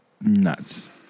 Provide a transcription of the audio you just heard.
nuts